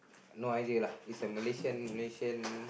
no idea lah it's a Malaysian Malaysian